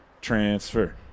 transfer